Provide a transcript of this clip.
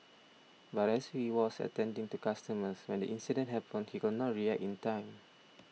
but as he was attending to customers when the incident happened he could not react in time